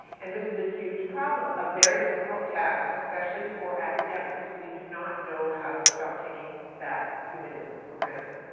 and this is a huge problem. a very difficult task, especially for academics. we do not know how to stop taking that humanism for granted.